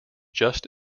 just